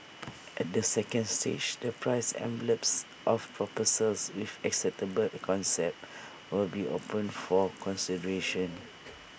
at the second stage the price envelopes of proposals with acceptable concepts will be opened for consideration